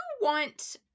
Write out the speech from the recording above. want